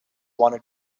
wanted